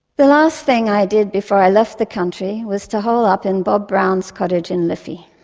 the last thing i did before i left the country was to hole up in bob brown's cottage in liffey.